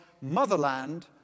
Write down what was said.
motherland